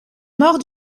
mort